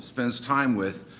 spends time with,